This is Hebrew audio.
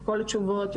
כל התשובות,